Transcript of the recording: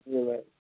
जी ma'am